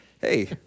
Hey